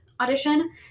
audition